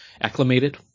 acclimated